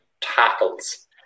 tackles